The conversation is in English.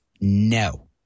no